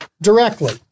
directly